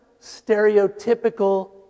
stereotypical